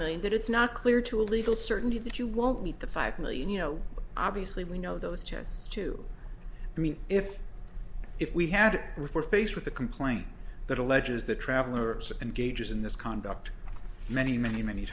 million that it's not clear to a legal certainty that you won't meet the five million you know obviously we know those tests too i mean if if we had we're faced with a complaint that alleges the traveller engages in this conduct many many many